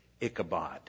Ichabod